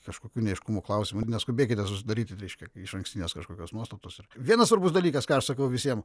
kažkokių neaiškumų klausimų neskubėkite sudaryti reiškia išankstinės kažkokios nuostatos ir vienas svarbus dalykas ką sakau visiem